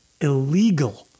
illegal